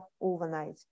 overnight